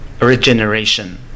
regeneration